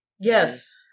Yes